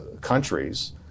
countries